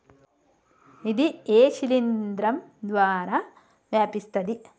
ఇది ఏ శిలింద్రం ద్వారా వ్యాపిస్తది?